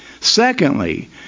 Secondly